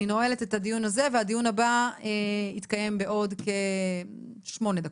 אני נועלת את הדיון הזה והדיון הבא יתקיים בעוד כשמונה דקות,